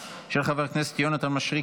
2024,